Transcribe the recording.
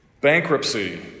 Bankruptcy